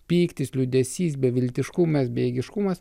pyktis liūdesys beviltiškumas bejėgiškumas